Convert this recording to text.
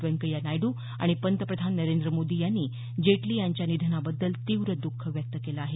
व्यंकय्या नायड्र आणि पंतप्रधान नरेंद्र मोदी यांनी जेटली यांच्या निधनाबद्दल तीव्र द्ःख व्यक्त केलं आहे